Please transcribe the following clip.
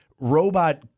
robot